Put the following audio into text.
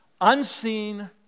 unseen